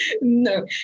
No